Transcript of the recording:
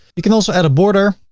you can also add a border,